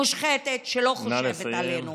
מושחתת שלא חושבת עלינו.